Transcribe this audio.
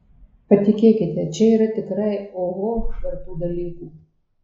patikėkite čia yra tikrai oho vertų dalykų